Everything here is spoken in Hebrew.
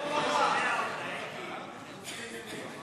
סעיפים 1